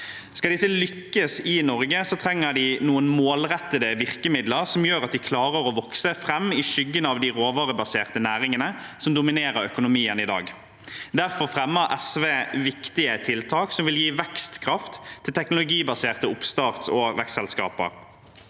Skal disse lykkes i Norge, trenger de noen målrettede virkemidler som gjør at de klarer å vokse fram i skyggen av de råvarebaserte næringene som dominerer økonomien i dag. Derfor fremmer SV forslag om viktige tiltak som vil gi vekstkraft til teknologibaserte oppstarts- og vekstselskaper.